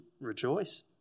rejoice